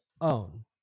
own